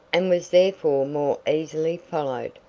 and was therefore more easily followed.